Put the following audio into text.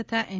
તથા એન